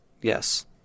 Yes